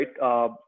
right